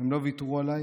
הם לא ויתרו עליי.